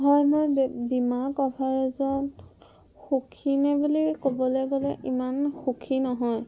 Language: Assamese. হয় মই বী বীমা কভাৰেজত সুখী নে বুলি ক'বলৈ গ'লে ইমান সুখী নহয়